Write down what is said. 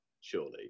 Surely